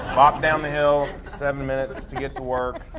walk down the hill, seven minutes to get to work.